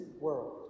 world